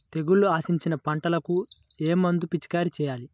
తెగుళ్లు ఆశించిన పంటలకు ఏ మందు పిచికారీ చేయాలి?